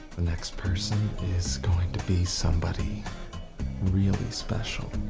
the next person is going to be somebody really special.